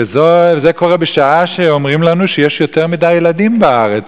וזה קורה בשעה שאומרים לנו שיש יותר מדי ילדים בארץ.